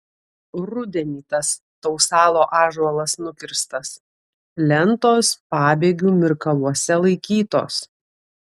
rudenį tas tausalo ąžuolas nukirstas lentos pabėgių mirkaluose laikytos